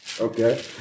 Okay